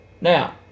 Now